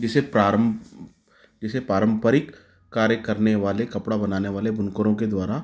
जिसे प्रारम्भ जिसे पारम्परिक कार्य करने वाले कपड़ा बनाने वाले बुनकरों द्वारा